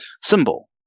symbol